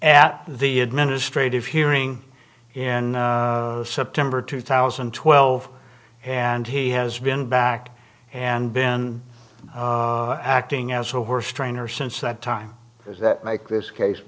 at the administrative hearing in september two thousand and twelve and he has been back and been acting as a horse trainer since that time does that make this case